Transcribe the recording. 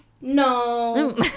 no